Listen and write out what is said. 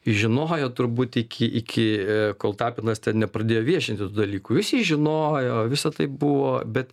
žinojo turbūt iki iki kol tapinas ten nepradėjo viešinti tų dalykų visi žinojo visa tai buvo bet